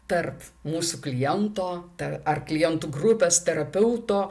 tarp mūsų kliento ta ar klientų grupes terapeuto